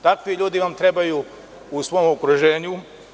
Takvi ljudi vam trebaju u svom okruženju.